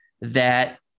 that-